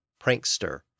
prankster